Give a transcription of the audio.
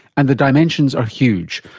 and the dimensions are huge,